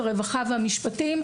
הרווחה והמשפטים,